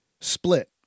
split